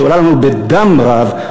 שעולה לנו בדם רב,